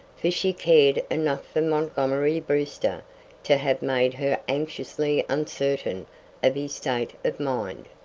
for she cared enough for montgomery brewster to have made her anxiously uncertain of his state of mind.